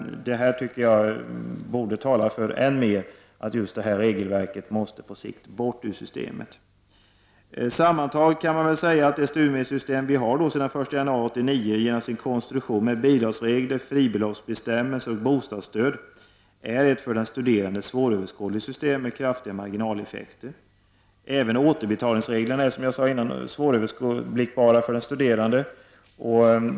Det tycker jag borde tala än mer för att detta regelverk måste bort ur systemet. Sammantaget kan man säga att det studiemedelssystem som vi har sedan den 1 januari 1989 genom sin konstruktion med bidragsregler, fribeloppsbestämmelser och bostadsstöd är ett för den studerande svåröverskådligt system med kraftiga marginaleffekter. Även återbetalningsreglerna är, som jag sade förut, svåröverblickbara för den studerande.